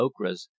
okras